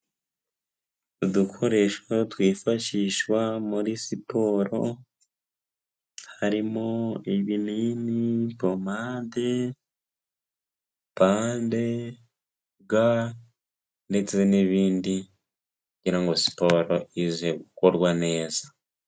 Udukoresho twifashishwa muri siporo harimo ibinini, pomade, pade, ga, ndetse n'ibindi kugira ngo siporo ize gukorwa neza.